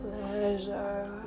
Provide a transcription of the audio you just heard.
pleasure